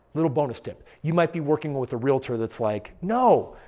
little bonus tip. you might be working with a realtor that's like, no,